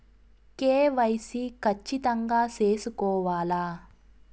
KYC ఖచ్చితంగా సేసుకోవాలా